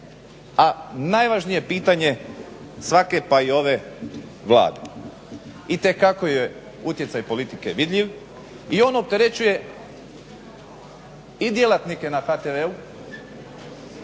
I najvažnije pitanje svake pa i ove Vlade, itekako je utjecaj politike vidljiv i on opterećuje i djelatnike na HTV-u